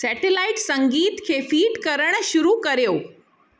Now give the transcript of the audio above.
satellite संगीत खे feed करण शुरू करियो